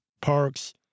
parks